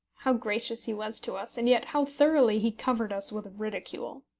how gracious he was to us, and yet how thoroughly he covered us with ridicule!